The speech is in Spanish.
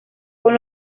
con